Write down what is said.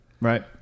Right